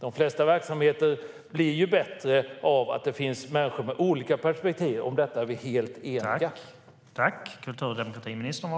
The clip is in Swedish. De flesta verksamheter blir bättre av att det finns människor med olika perspektiv. Om detta är vi helt eniga.